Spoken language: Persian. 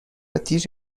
دیر